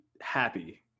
happy